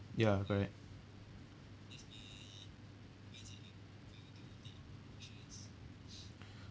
ya correct